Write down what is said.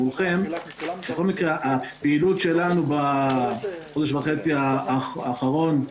הפעילות שלנו בחודש וחצי האחרון,